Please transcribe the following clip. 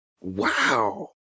Wow